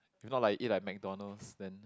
if not like you eat like MacDonald's then